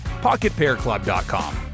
PocketPairClub.com